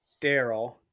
Daryl